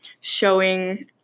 showing